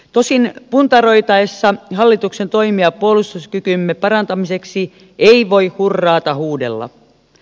tosin puntaroitaessa hallituksen toimia puolustuskykymme parantamiseksi ei voi hurraata huudella